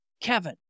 Kevin